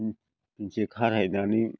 उनथिं खाहैनानै